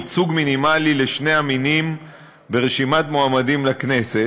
ייצוג מינימלי לשני המינים ברשימת מועמדים לכנסת)